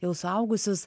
jau suaugusius